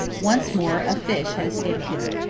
once more a fish had escaped him.